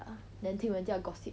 ya then 听人家 gossip